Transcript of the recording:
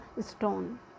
stone